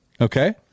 okay